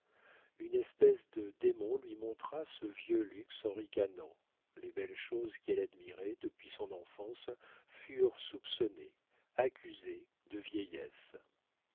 une espèce de démon lui montra ce vieux luxe en ricanant les belles choses qu'elle admirait depuis son enfance furent soupçonnées accusées de vieillesse